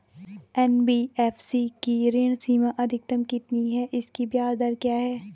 NBFC की ऋण सीमा अधिकतम कितनी है इसकी ब्याज दर क्या है?